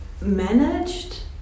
managed